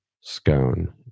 scone